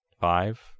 five